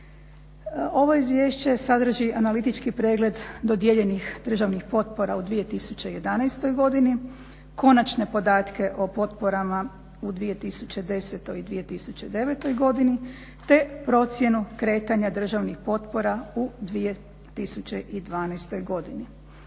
Ovo izvješće sadrži analitički pregled dodijeljenih državnih potpora u 2011. godini, konačne podatke o potporama u 2010. i 2009. godini te procjenu kretanja državnih potpora u 2012. godini.